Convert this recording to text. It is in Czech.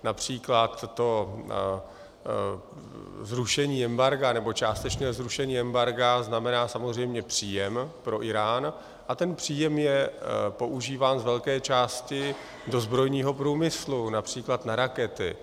Například to zrušení embarga, nebo částečné zrušení embarga, znamená samozřejmě příjem pro Írán a ten příjem je používán z velké části do zbrojního průmyslu, například na rakety.